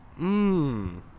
Mmm